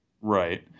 Right